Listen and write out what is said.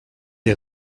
est